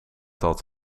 dat